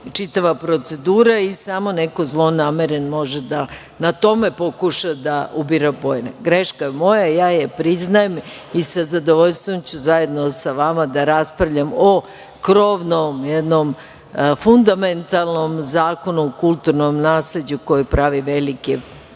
čitava procedura. Samo neko zlonameran može na tome da pokuša da ubira poene. Greška je moja, ja je priznajem i sa zadovoljstvom ću zajedno sa vama da raspravljam o krovnom jednom fundamentalnom Zakonu o kulturnom nasleđu koji pravi velike